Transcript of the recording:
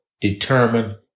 determined